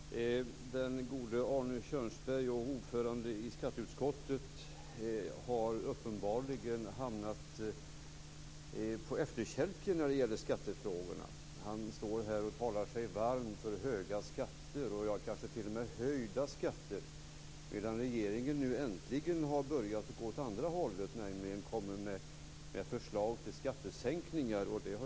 Fru talman! Den gode Arne Kjörnsberg, ordförande i skatteutskottet, har uppenbarligen hamnat på efterkälken när det gäller skattefrågorna. Han står här och talar sig varm för höga skatter och kanske t.o.m. höjda skatter, medan regeringen nu äntligen har börjat gå åt andra hållet, den har nämligen kommit med förslag till skattesänkningar.